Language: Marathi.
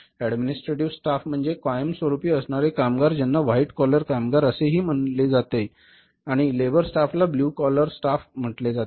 ऍडमिनस्ट्रेटिव्ह स्टाफ म्हणजे कायमस्वरूपी असणारे कामगार ज्यांना व्हाईट कॉलर कामगार असे हि म्हणाले जाते आणि लेबर स्टाफ ला ब्लू कॉलर स्टाफ म्हंटले जाते